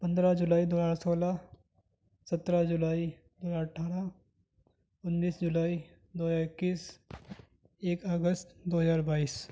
پندرہ جولائی دو ہزار سولہ سترہ جولائی دو ہزار اٹھارہ انیس جولائی دو ہزار اکیس ایک اگست دو ہزار بائیس